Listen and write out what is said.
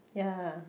ya